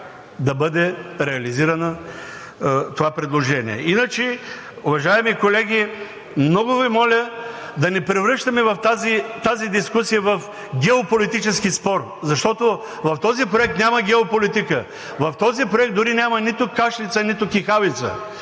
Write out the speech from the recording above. да бъде реализирано това предложение. Иначе, уважаеми колеги, много Ви моля да не превръщаме тази дискусия в геополитически спор, защото в този проект няма геополитика, в този проект дори няма нито кашлица, нито кихавица,